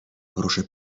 proszę